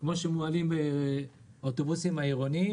כפי שהם מועלים באוטובוסים העירוניים,